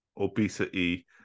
obesity